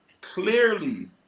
clearly